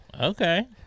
Okay